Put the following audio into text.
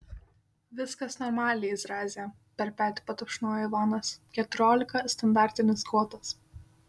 viskas normaliai zraze per petį patapšnojo ivanas keturiolika standartinis kotas